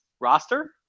roster